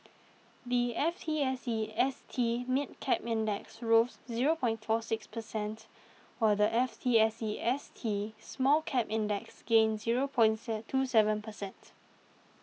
the F T S E S T Mid Cap Index rose zero point forty six precent while the F T S E S T Small Cap Index gained zero point twenty seven precent